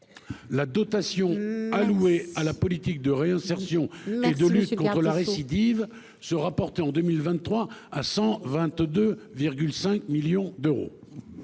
la dotation allouée à la politique de réinsertion et de lutte contre la récidive se rapporter en 2023 à 122,5 millions d'euros.